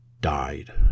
died